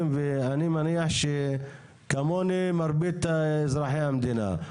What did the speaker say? ואני מניח שכמוני מרבית אזרחי המדינה.